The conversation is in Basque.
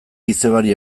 izebari